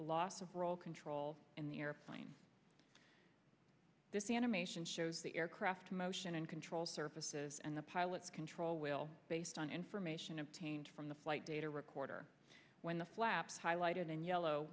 roll control in the airplane this animation shows the aircraft motion and control surfaces and the pilot's control will based on information obtained from the flight data recorder when the flaps highlighted in yellow